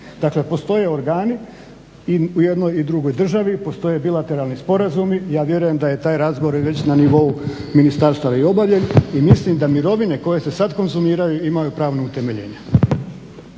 Dakle, postoje organi i u jednoj i u drugoj državi, postoje bilateralni sporazumi. Ja vjerujem da je taj razgovor već i na nivou ministarstva …/Govornik se ne razumije./… i mislim da mirovine koje se sad konzumiraju imaju pravno utemeljenje.